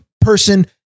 person